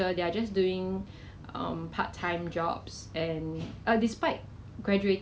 是不舍得买 mask lah 所以如果有 anything free right 他们就会拿